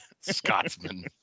Scotsman